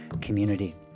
community